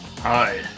Hi